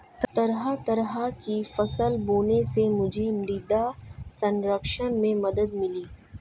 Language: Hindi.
तरह तरह की फसल बोने से मुझे मृदा संरक्षण में मदद मिली